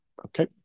Okay